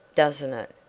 doesn't it?